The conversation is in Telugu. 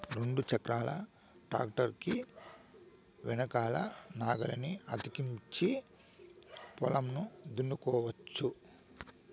రెండు చక్రాల ట్రాక్టర్ కి వెనకల నాగలిని అతికించి పొలంను దున్నుకోవచ్చు